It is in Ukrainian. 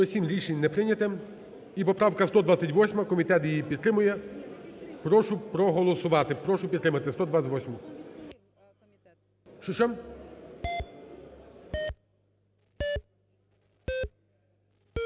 За-107 Рішення не прийнято. І поправка 128, комітет її підтримує. Прошу проголосувати, прошу підтримати 128-у.